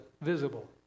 visible